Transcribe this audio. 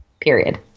period